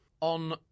on